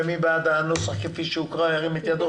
מי בעד הנוסח כפי שהוקרא, ירים את ידו?